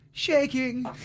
Shaking